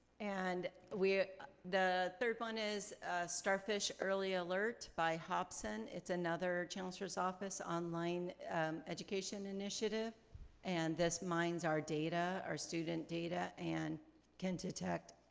and the third one is starfish early alert by hobson. it's another chancellor's office online education initiative and this mines our data, our student data, and can detect,